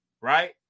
right